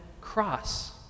cross